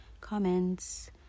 comments